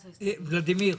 רגע, ולדימיר,